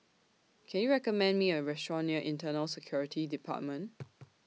Can YOU recommend Me A Restaurant near Internal Security department